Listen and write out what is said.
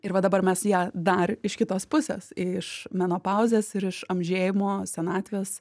ir va dabar mes ją dar iš kitos pusės iš menopauzės ir iš amžėjimo senatvės